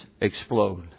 explode